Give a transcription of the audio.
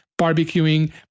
barbecuing